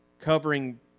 covering